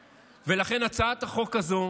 לכן, הצעת החוק הזו